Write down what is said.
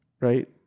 right